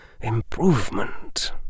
improvement